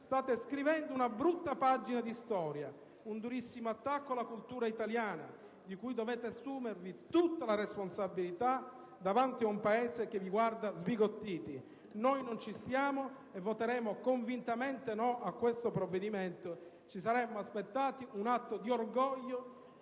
state scrivendo una brutta pagina di storia, un durissimo attacco alla cultura italiana di cui dovete assumervi tutta la responsabilità davanti ad un Paese che vi guarda sbigottiti. Noi non ci stiamo e voteremo convintamente no al provvedimento in esame. Ci saremmo aspettati un atto di orgoglio